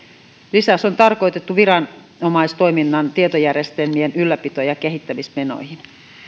lisäys on tarkoitettu viranomaistoiminnan tietojärjestelmien ylläpito ja kehittämismenoihin